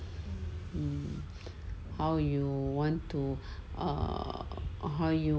um how you want to err how you